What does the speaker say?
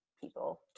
people